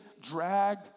drag